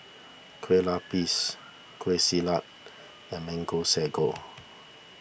Kueh Lapis Kueh Salat and Mango Sago